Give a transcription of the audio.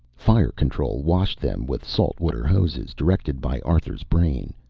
fire control washed them with salt water hoses, directed by arthur's brain.